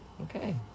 okay